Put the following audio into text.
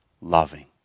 loving